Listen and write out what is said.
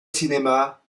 cinéma